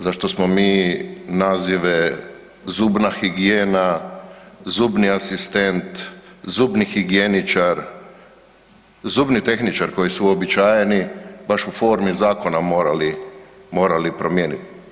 Zašto smo mi nazive „zubna higijena“, „zubni asistent“, „zubni higijeničar“, „zubni tehničar“, koji su uobičajeni baš u formi zakona morali, morali promijeniti.